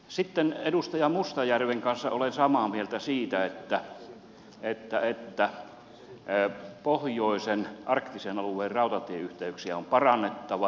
sitten edustaja mustajärven kanssa olen samaa mieltä siitä että pohjoisen arktisen alueen rautatieyhteyksiä on parannettava